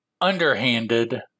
underhanded